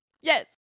Yes